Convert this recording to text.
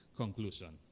conclusion